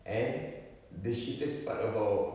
and the shittiest part about